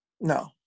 No